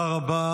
תודה רבה, אדוני.